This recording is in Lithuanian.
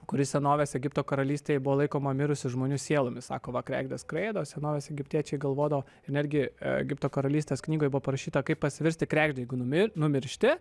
kuri senovės egipto karalystėje buvo laikoma mirusių žmonių sielomis sako va kregždės skraido senovės egiptiečiai galvodavo netgi egipto karalystės knygoj buvo parašyta kaip pasvirti kregždei numirti numišti